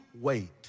wait